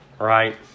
Right